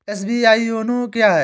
SBI YONO क्या है?